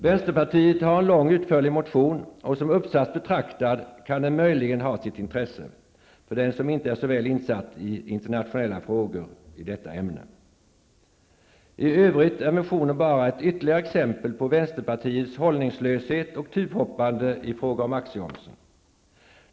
Vänsterpartiet har en lång utförlig motion, och som uppsats betraktad kan den möjligen ha sitt intresse för den som inte är så väl insatt i internationella frågor i detta ämne. I övrigt är motionen bara ytterligare ett exempel på vänsterpartiets hållningslöshet och tuvhoppande i frågan om aktiemomsen.